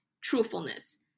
truthfulness